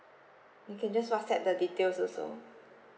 okay just whatsapp the details also